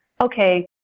okay